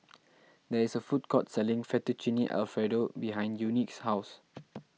there is a food court selling Fettuccine Alfredo behind Unique's house